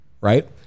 right